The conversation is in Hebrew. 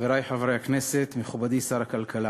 חברי חברי הכנסת, מכובדי שר הכלכלה,